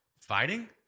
Fighting